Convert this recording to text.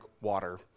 water